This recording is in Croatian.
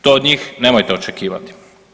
To od njih nemojte očekivati.